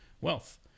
wealth